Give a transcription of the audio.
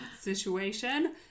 situation